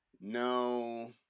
No